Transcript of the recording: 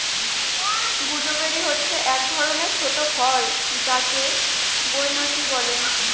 gooseberry হল এক ধরনের ছোট ফল যাকে বৈনচি বলে